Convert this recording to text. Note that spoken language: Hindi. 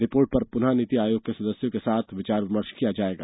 रिपोर्ट पर पुनः नीति आयोग के सदस्यों के साथ विचार विमर्श किया जाएगा